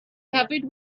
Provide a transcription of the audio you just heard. covered